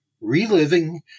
Reliving